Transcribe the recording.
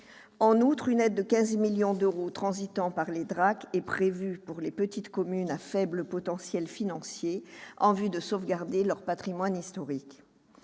En outre, une aide de 15 millions d'euros, transitant par les DRAC, est prévue pour aider les petites communes à faible potentiel financier à sauvegarder leur patrimoine historique.